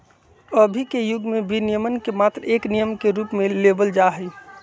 अभी के युग में विनियमन के मात्र एक नियम के रूप में लेवल जाहई